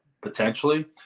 potentially